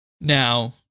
Now